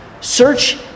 Search